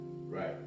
Right